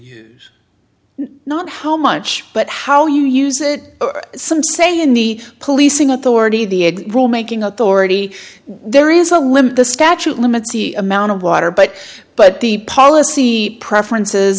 use not how much but how you use it some say in the policing authority the egg roll making authority there is a limit the statute limits the amount of water but but the policy preferences